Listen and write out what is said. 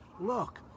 Look